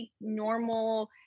normal